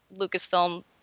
lucasfilm